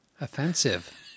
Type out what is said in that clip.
Offensive